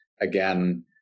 again